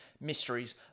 mysteries